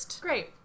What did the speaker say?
great